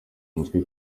umutwe